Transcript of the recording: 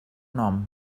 nom